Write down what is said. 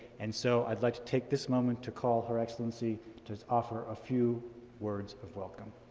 and so, i'd like to take this moment to call her excellency to offer a few words of welcome.